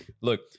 Look